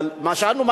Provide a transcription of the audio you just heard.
אבל שאלנו,